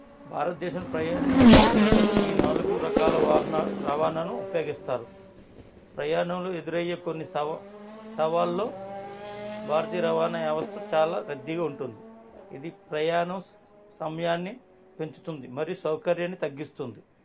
భారతదేశం ప్రయాణించే ప్రజలు ఈ నాలుగు రకాల వాహనాలు రవణాను ఉపయోగిస్తారు ప్రయాణంలో ఎదురయ్యే కొన్ని సవా సవాళ్ళు భారతీయ రవాణా వ్యవస్థ చాలా రద్దీగా ఉంటుంది ఇది ప్రయాణం సమయాన్ని పెంచుతుంది మరియు సౌకర్యాన్ని తగ్గిస్తుంది